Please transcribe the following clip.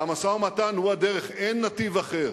והמשא-ומתן הוא הדרך, אין נתיב אחר.